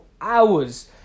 hours